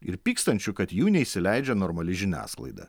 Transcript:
ir pykstančių kad jų neįsileidžia normali žiniasklaida